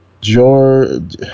George